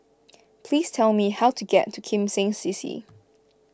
please tell me how to get to Kim Seng C C